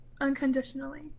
unconditionally